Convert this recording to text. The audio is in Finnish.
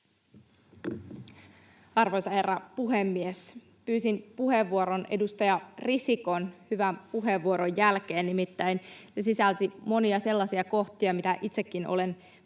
Arvoisa herra puhemies! Pyysin puheenvuoron edustaja Risikon hyvän puheenvuoron jälkeen, nimittäin se sisälsi monia sellaisia kohtia, mitä itsekin olen